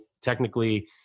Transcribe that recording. technically